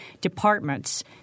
departments